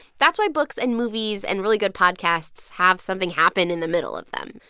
that's why books and movies and really good podcasts have something happen in the middle of them.